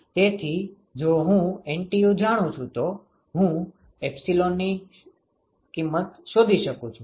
તેથી જો હું NTU જાણું છું તો હું એપ્સીલોન શોધી શકું છું